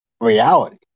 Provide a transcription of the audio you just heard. reality